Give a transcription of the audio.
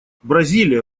бразилия